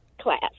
class